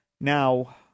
Now